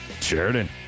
Sheridan